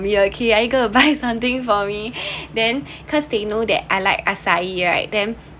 me okay are you going to buy something for me then cause they know that I like asari right then